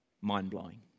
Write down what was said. mind-blowing